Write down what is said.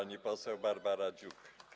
Pani poseł Barbara Dziuk.